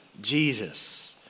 Jesus